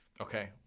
Okay